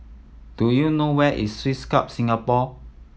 do you know where is Swiss Club Singapore